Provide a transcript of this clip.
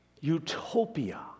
utopia